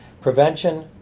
prevention